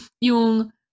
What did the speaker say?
yung